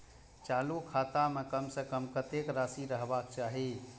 चालु खाता में कम से कम कतेक राशि रहबाक चाही?